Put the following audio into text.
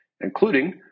including